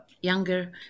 younger